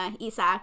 Isak